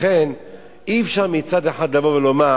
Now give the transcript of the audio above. לכן אי-אפשר מצד אחד לבוא ולדבר